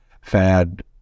fad